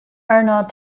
arnold